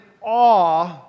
awe